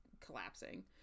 collapsing